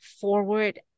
forward